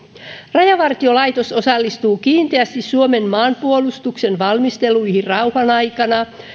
rajavartiolaitos osallistuu kiinteästi suomen maanpuolustuksen valmisteluihin rauhan aikana